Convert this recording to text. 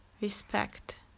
Respect